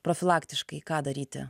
profilaktiškai ką daryti